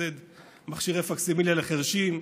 לסבסד מכשירי פקסימיליה לחירשים.